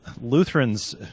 Lutherans